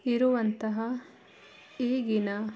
ಇರುವಂತಹ ಈಗಿನ